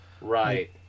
Right